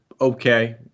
okay